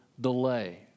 delay